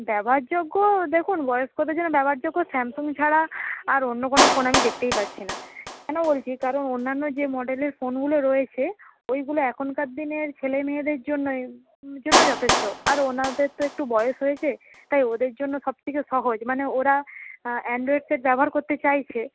ব্যবহারযোগ্য দেখুন বয়স্কদের জন্য ব্যবহারযোগ্য স্যামসাং ছাড়া আর অন্য কোনো ফোন আমি দেখতেই পাচ্ছি না কেন বলছি কারণ অন্যান্য যে মডেলের ফোনগুলো রয়েছে ওইগুলো এখনকার দিনের ছেলে মেয়েদের জন্যই জন্য যথেষ্ট আর ওনাদের তো একটু বয়স হয়েছে তাই ওদের জন্য সব কিছু সহজ মানে ওরা অ্যান্ড্রয়েড সেট ব্যবহার করতে চাইছে